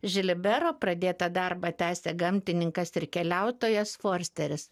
žilibero pradėtą darbą tęsia gamtininkas ir keliautojas forsteris